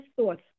thoughts